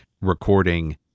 recording